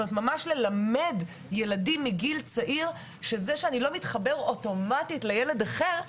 צריך ממש ללמד ילדים מגיל צעיר שאם לא מתחברים אוטומטית לילד אחר,